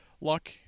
Luck